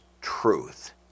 truth